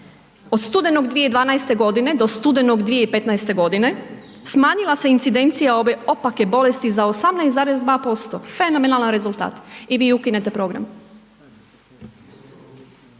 od studenog 2012. godine do studenog 2015. godine smanjila se incidencija ove opake bolesti za 18,2%, fenomenalan rezultat i vi ukinete program.